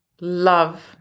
Love